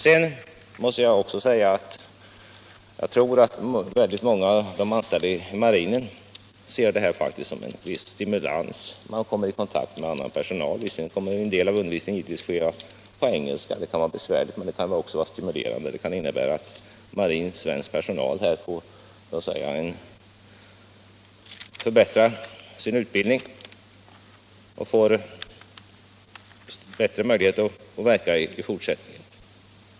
Sedan måste jag också säga att jag tror att många av de anställda i marinen ser det som en viss stimulans att få kontakt med annan personal. Visserligen kommer en del av undervisningen att ske på engelska — vilket kan vara besvärligt, men det kan ju också vara stimulerande, eftersom det innebär att svensk marin personal förbättrar sin utbildning och därigenom får större möjligheter att verka i fortsättningen.